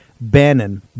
Bannon